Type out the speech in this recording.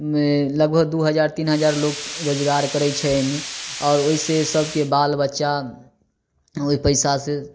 लगभग दू हजार तीन हजार लोग रोजगार करै छै एहिमे आओर ओहिसे सबके बाल बच्चा ओहि पैसा से